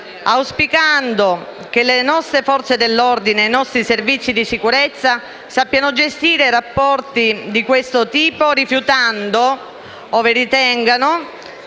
auspicando che le nostre Forze dell'ordine e i nostri servizi di sicurezza sappiano gestire rapporti di questo tipo, rifiutando, ove ritengano,